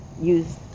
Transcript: use